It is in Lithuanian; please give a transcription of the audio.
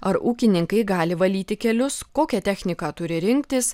ar ūkininkai gali valyti kelius kokią techniką turi rinktis